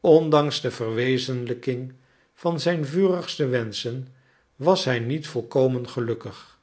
ondanks de verwezenlijking van zijn vurigste wenschen was hij niet volkomen gelukkig